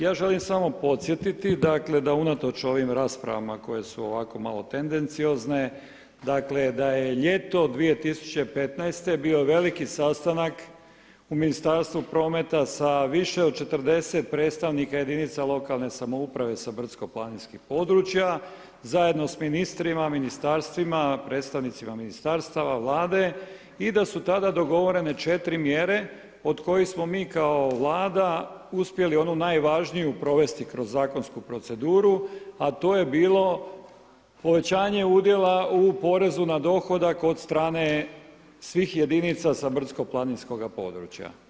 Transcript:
Ja želim samo podsjetiti, dakle da unatoč ovim raspravama koje su ovako malo tendeciozne, dakle da je ljeto 2015. bio veliki sastanak u Ministarstvu prometa sa više od 40 predstavnika jedinica lokalne samouprave sa brdsko-planinskih područja zajedno sa ministrima, ministarstvima, predstavnicima ministarstava, Vlade i da su tada dogovorene 4 mjere od kojih smo mi kao Vlada uspjeli onu najvažniju provesti kroz zakonsku proceduru, a to je bilo povećanje udjela u porezu na dohodak od strane svih jedinica sa brdsko-planinskoga područja.